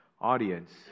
audience